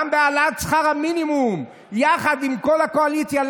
גם בהעלאת שכר המינימום, יחד עם כל הקואליציה.